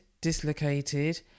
dislocated